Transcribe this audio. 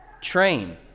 Train